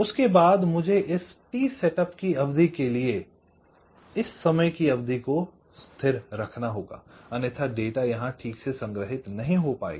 उसके बाद मुझे इस टी सेटअप की अवधि के लिए इस समय की अवधि को स्थिर रखना होगा अन्यथा डेटा यहाँ ठीक से संग्रहित नहीं हो पायेगा